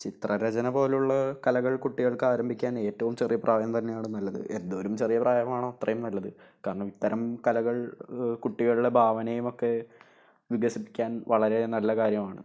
ചിത്ര രചന പോലുള്ള കലകൾ കുട്ടികൾക്ക് ആരംഭിക്കാൻ ഏറ്റവും ചെറിയ പ്രായം തന്നെയാണ് നല്ലത് എന്തോരം ചെറിയ പ്രായമാണോ അത്രയും നല്ലത് കാരണം ഇത്തരം കലകൾ കുട്ടികളുടെ ഭാവനയും ഒക്കെ വികസിപ്പിക്കാൻ വളരെ നല്ല കാര്യമാണ്